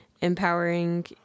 Empowering